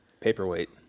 paperweight